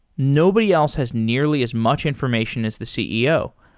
nobody else has nearly as much information as the ceo.